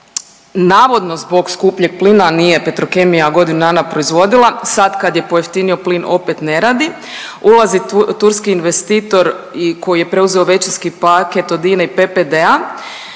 navodno zbog skupljeg plina. Nije Petrokemija godinu dana proizvodila, sad kad je pojeftinio plin opet ne radi. Ulazi turski investitor i koji je preuzeo većinski paket od INA-e i PPD-a.